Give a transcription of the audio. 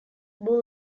bull